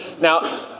Now